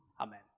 amen